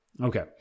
Okay